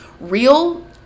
real